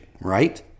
right